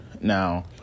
Now